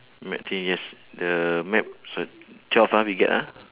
map thing yes the map s~ twelve ah we get ah